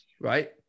right